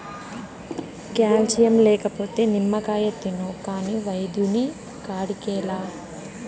calcium లేకపోతే నిమ్మకాయ తిను కాని వైద్యుని కాడికేలా